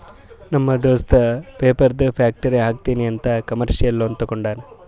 ನಮ್ ದೋಸ್ತ ಪೇಪರ್ದು ಫ್ಯಾಕ್ಟರಿ ಹಾಕ್ತೀನಿ ಅಂತ್ ಕಮರ್ಶಿಯಲ್ ಲೋನ್ ತೊಂಡಾನ